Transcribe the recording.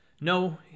No